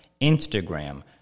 Instagram